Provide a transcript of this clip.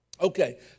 Okay